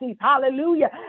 hallelujah